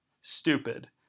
stupid